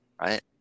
right